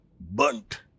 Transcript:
burnt